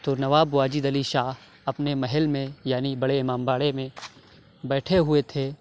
تو نواب واجد علی شاہ اپنے محل میں یعنی بڑے امام باڑے میں بیٹھے ہوئے تھے